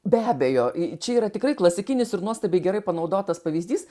be abejo čia yra tikrai klasikinis ir nuostabiai gerai panaudotas pavyzdys